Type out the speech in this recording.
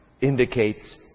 indicates